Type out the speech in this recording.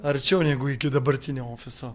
arčiau negu iki dabartinio ofiso